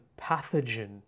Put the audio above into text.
pathogen